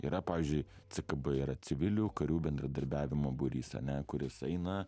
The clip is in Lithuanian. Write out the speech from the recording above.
yra pavyzdžiui ckb yra civilių karių bendradarbiavimo būrys ane kuris eina